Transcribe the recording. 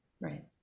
Right